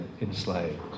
enslaved